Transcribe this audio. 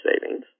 Savings